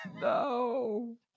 No